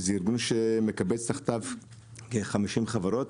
זה ארגון שמקבץ תחתיו כ-50 חברות,